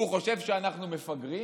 הוא חושב שאנחנו מפגרים?